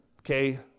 Okay